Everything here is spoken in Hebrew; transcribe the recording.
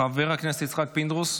חבר הכנסת יצחק פינדרוס,